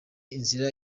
inzira